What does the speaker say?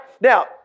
Now